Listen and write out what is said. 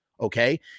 Okay